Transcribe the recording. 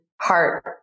heart